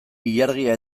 ilargia